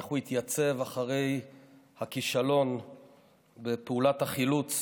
איך הוא התייצב אחרי הכישלון בפעולת החילוץ